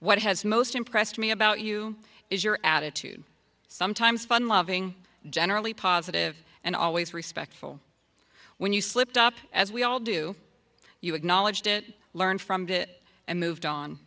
what has most impressed me about you is your attitude sometimes fun loving generally positive and always respectful when you slipped up as we all do you acknowledged it learn from it and moved on